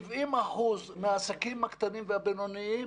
70% מהעסקים הקטנים והבינוניים,